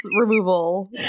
removal